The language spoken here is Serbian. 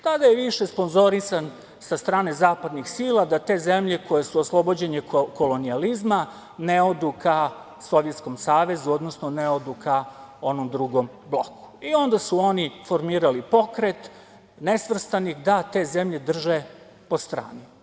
Tada je više sponzorisan sa strane zapadnih sila da te zemlje koje su oslobođene kolonijalizma ne odu ka Sovjetskom Savezu, odnosno ne odu ka onom drugom bloku i onda su oni formirali Pokret nesvrstanih da te zemlje drže po strani.